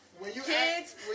kids